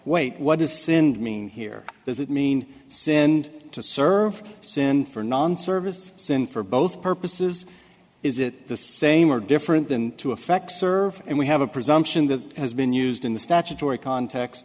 wait what does sinned mean here does it mean sin to serve sin for non service sin for both purposes is it the same or different than to effect serve and we have a presumption that has been used in the statutory context